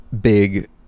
big